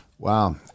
Wow